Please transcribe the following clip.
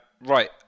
Right